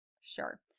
sure